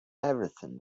everything